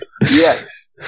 Yes